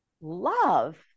Love